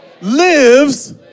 lives